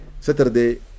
Saturday